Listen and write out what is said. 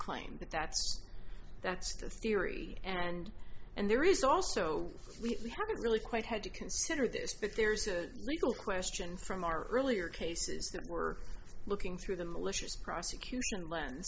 claim but that's that's the theory and and there is also we are going to really quite had to consider this but there's a legal question from our earlier cases that we're looking through the malicious prosecution l